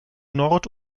nord